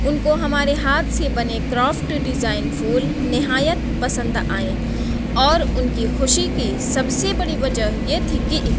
ان کو ہمارے ہاتھ سے بنے کرافٹ ڈیزائن پھول نہایت پسند آئے اور ان کی خوشی کی سب سے بڑی وجہ یہ تھی کہ